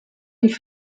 die